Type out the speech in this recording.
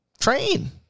train